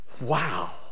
wow